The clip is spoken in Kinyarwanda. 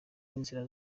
n’inzira